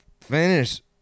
finish